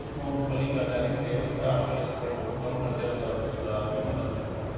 मूंगफली का दैनिक सेवन खराब कोलेस्ट्रॉल को कम, हृदय स्वास्थ्य सुधार में मदद करता है